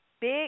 big